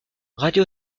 radio